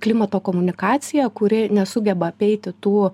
klimato komunikacija kuri nesugeba apeiti tų